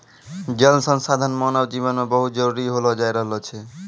जल संसाधन मानव जिवन मे बहुत जरुरी होलो जाय रहलो छै